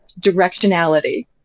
directionality